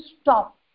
stop